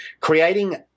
creating